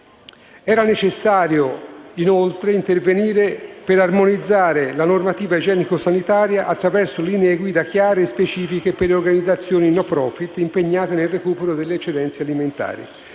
necessario intervenire per armonizzare la normativa igienico-sanitaria attraverso linee guida chiare e specifiche per le organizzazioni *non profit* impegnate nel recupero delle eccedenze alimentari.